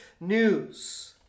news